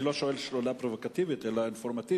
אני לא שואל שאלה פרובוקטיבית אלא אינפורמטיבית,